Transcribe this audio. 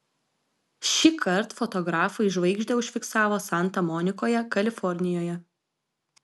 šįkart fotografai žvaigždę užfiksavo santa monikoje kalifornijoje